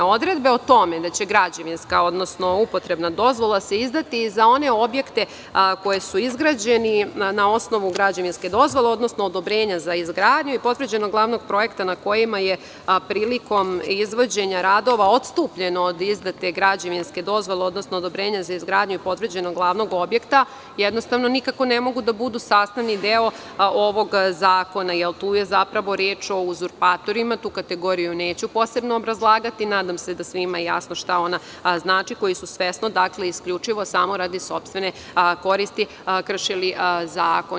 Odredbe o tome da će građevinska, odnosno upotrebna dozvola se izdati i za one objekte koji su izgrađeni na osnovu građevinske dozvole, odnosno odobrenja za izgradnju je potvrđen od glavnog projekta na kojima je prilikom izvođenja radova postupljeno od izdate građevinske dozvole, odnosno odobrenja za izgradnju potvrđenog glavnog objekta, jednostavno nikako ne mogu da budu sastavni deo ovog zakona, jer tu je zapravo reč o uzurpatorima, tu kategoriju neću posebno obrazlagati, nadam se da je svima jasno šta ona znači, koji su svesno, isključivo samo radi sopstvene koristi kršili zakon.